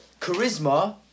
Charisma